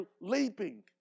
leaping